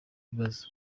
ibibazo